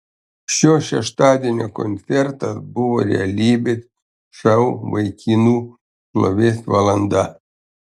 šio šeštadienio koncertas buvo realybės šou vaikinų šlovės valanda